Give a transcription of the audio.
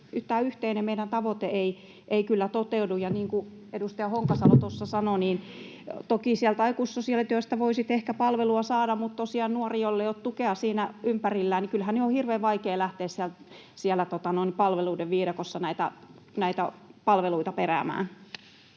yhteinen tavoite kyllä toteudu. Ja niin kuin edustaja Honkasalo tuossa sanoi, toki sieltä aikuissosiaalityöstä voi sitten ehkä palvelua saada. Mutta tosiaan nuoren, jolla ei ole tukea siinä ympärillä, on kyllä hirveän vaikea lähteä siellä palveluiden viidakossa näitä palveluita peräämään.